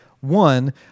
One